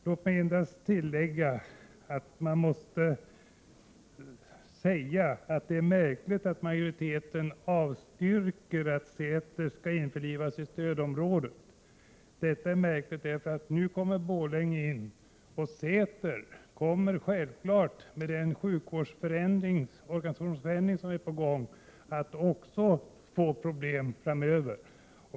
Låt mig endast tillägga att man måste tycka att det är märkligt att majoriteten avstyrker förslaget att Säter skall införlivas i stödområdet. Det är märkligt därför att Borlänge nu kommer in. Säter kommer självfallet, med den sjukvårdsorganisationsförändring som nu är på gång, att få problem framöver.